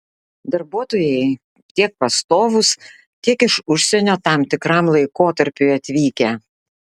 darbuotojai tiek pastovūs tiek iš užsienio tam tikram laikotarpiui atvykę